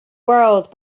world